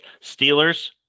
Steelers